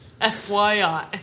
FYI